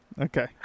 Okay